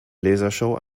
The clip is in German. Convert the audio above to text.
lasershow